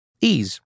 Ease